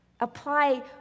Apply